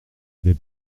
les